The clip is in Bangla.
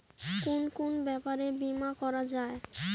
কুন কুন ব্যাপারে বীমা করা যায়?